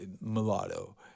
mulatto